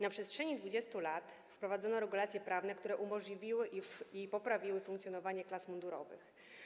Na przestrzeni 20 lat wprowadzono regulacje prawne, które umożliwiły i poprawiły funkcjonowanie klas mundurowych.